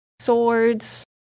swords